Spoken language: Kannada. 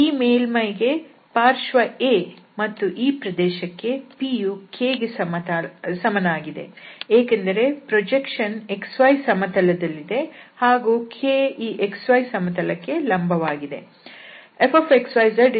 ಈ ಮೇಲ್ಮೈಗೆ ಪಾರ್ಶ್ವ A ಮತ್ತು ಈ ಪ್ರದೇಶಕ್ಕೆ pಯು k ಗೆ ಸಮನಾಗಿದೆ ಏಕೆಂದರೆ ಪ್ರೊಜೆಕ್ಷನ್ xyಸಮತಲದಲ್ಲಿದೆ ಹಾಗೂ kಈ xy ಸಮತಲಕ್ಕೆ ಲಂಬವಾಗಿದೆ